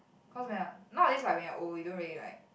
cause when I nowadays like when you're old you don't really like